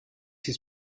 his